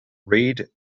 read